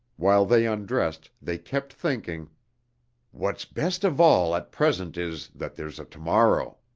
while they undressed they kept thinking what's best of all at present is, that there's a tomorrow.